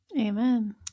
Amen